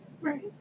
Right